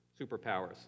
superpowers